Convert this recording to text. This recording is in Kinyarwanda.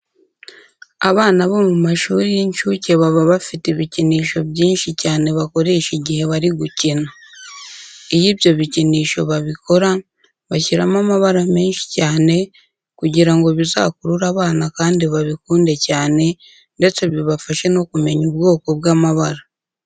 Abana bo mu mashuri y'inshuke baba bafite ibikinisho byinshi cyane bakoresha igihe bari gukina. Iyo ibyo bikinisho babikora bashyiramo amabara menshi cyane kugira ngo bizakurure abana kandi babikunde cyane ndetse bibafashe no kumenya ubwoko bw'amabara.